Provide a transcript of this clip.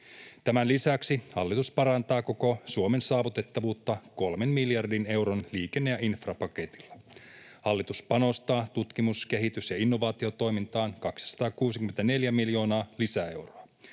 Tämän lisäksi hallitus parantaa koko Suomen saavutettavuutta 3 miljardin euron liikenne‑ ja infrapaketilla. Hallitus panostaa tutkimus‑, kehitys‑ ja innovaatiotoimintaan 264 miljoonaa lisäeuroa.